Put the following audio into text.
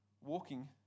walking